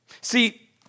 See